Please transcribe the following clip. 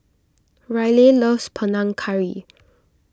Ryleigh loves Panang Curry